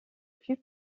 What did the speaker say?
plus